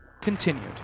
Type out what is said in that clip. continued